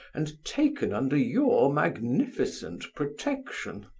and taken under your magnificent protection.